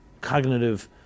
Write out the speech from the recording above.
cognitive